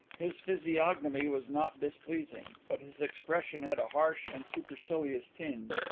his physiognomy was not displeasing, but his expression had a harsh and supercilious tinge.